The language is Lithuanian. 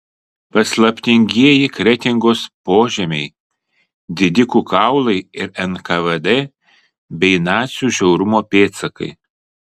paslaptingieji kretingos požemiai didikų kaulai ir nkvd bei nacių žiaurumo pėdsakai